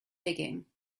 digging